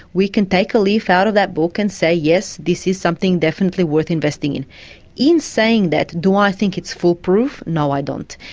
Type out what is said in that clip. we can take a leaf out of that book and say, yes, this is something definitely worth investing in. in saying that, do i think it's foolproof? no, i don't.